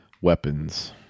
Weapons